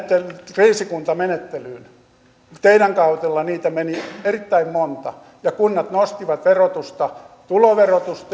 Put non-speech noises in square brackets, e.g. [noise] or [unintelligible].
kriisikuntamenettelyyn teidän kaudellanne niitä meni erittäin monta ja kunnat nostivat verotusta tuloverotusta [unintelligible]